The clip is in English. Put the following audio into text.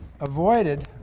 avoided